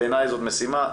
בעיני זאת משימה,